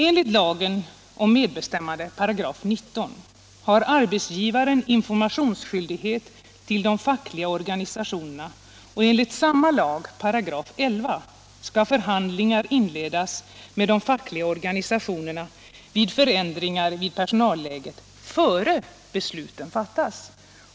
Enligt 19 § lagen om medbestämmande har arbetsgivaren informationsskyldigheter till de fackliga organisationerna, och enligt samma lags 11 § skall förhandlingar inledas med de fackliga organisationerna vid förändringar i personalläget innan besluten fattas.